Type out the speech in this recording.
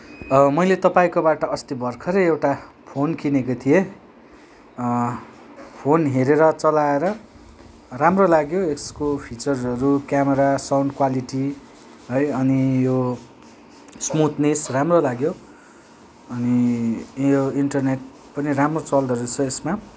मैले तपाईँकोबाट अस्ति भर्खरै एउटा फोन किनेको थिएँ फोन हेरेर चलाएर राम्रो लाग्यो यसको फिचरहरू क्यामेरा साउन्ड क्वालिटी है अनि यो स्मुथनेस राम्रो लाग्यो अनि यो इन्टरनेट पनि राम्रो चल्दोरैछ यसमा